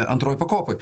antroj pakopoj